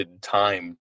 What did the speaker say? time